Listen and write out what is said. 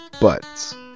buts